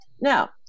Now